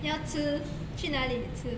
要吃去哪里吃